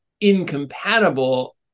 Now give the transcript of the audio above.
incompatible